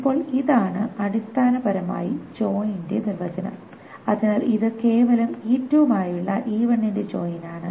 ഇപ്പോൾ ഇതാണ് അടിസ്ഥാനപരമായി ജോയ്നിന്റെ നിർവചനം അതിനാൽ ഇത് കേവലം E2 മായുള്ള E1 ന്റെ ജോയിൻ ആണ്